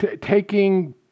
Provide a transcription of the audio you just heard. taking